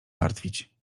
martwić